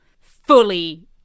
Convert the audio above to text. fully